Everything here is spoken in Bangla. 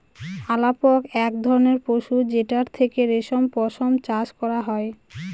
আলাপক এক ধরনের পশু যেটার থেকে রেশম পশম চাষ করা হয়